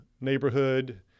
neighborhood